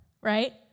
right